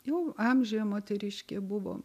jau amžiuje moteriškė buvo